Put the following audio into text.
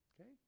Okay